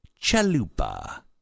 Chalupa